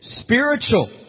spiritual